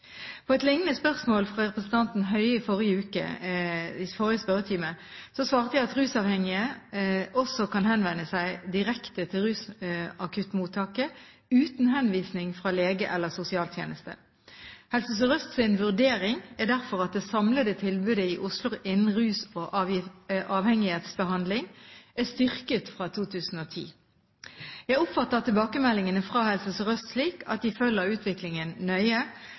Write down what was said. På et liknende spørsmål fra representanten Høie i forrige spørretime svarte jeg at rusavhengige også kan henvende seg direkte til Rusakuttmottaket uten henvisning fra lege eller sosialtjeneste. Helse Sør-Østs vurdering er derfor at det samlede tilbudet i Oslo innen rus- og avhengighetsbehandling er styrket fra 2010. Jeg oppfatter tilbakemeldingene fra Helse Sør-Øst slik at de følger utviklingen nøye,